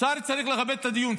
שר צריך לכבד את הדיון,